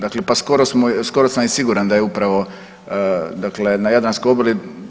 Dakle pa skoro sam i siguran da je upravo dakle na Jadranskoj obali.